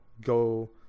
go